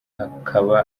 hakaba